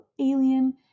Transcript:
alien